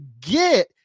get